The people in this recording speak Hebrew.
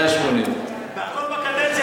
180. והכול בקדנציה הזאת?